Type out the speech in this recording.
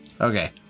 Okay